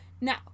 Now